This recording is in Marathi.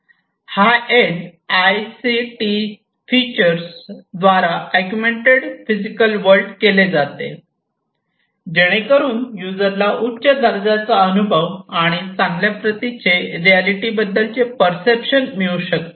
high end I C T features द्वारा अगुमेन्टेड फिजिकल वर्ल्ड केले जाते जेणेकरून युजरला उच्च दर्जाचा अनुभव आणि चांगल्या प्रतीचे रियालिटी बद्दलचे पर्सेप्शन मिळू शकते